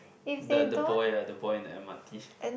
the the boy ah the boy in M_R_T